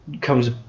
comes